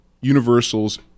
universals